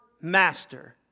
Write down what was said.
master